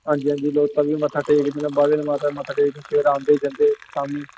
हंजी हंजी लोक तवी मत्था टेकदे न बाह्वे आह्ली माता गी मत्था टेकदे ना सबेरे आंदे जंदे शामी